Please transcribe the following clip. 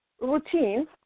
routine